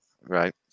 Right